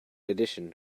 edition